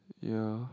ya